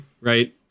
Right